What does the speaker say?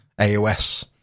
AOS